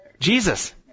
Jesus